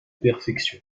perfection